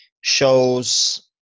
shows